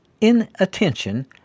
inattention